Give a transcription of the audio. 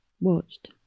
watched